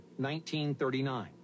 1939